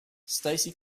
stacey